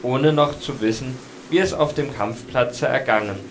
ohne noch zu wissen wie es auf dem kampfplatze ergangen